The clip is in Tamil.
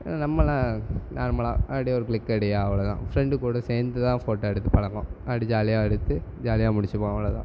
நம்மளாம் நார்மலாக அப்படே ஒரு க்ளிக்கு அப்படே அவ்வளோ தான் ஃப்ரெண்டு கூட சேர்ந்து தான் ஃபோட்டோ எடுத்து பழக்கம் அப்படி ஜாலியாக எடுத்து ஜாலியாக முடிச்சிப்போம் அவ்வளோ தான்